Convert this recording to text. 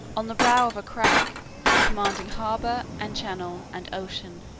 on the brow of a crag commanding harbor, and channel, and ocean.